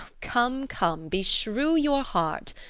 come, come, beshrew your heart!